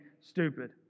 stupid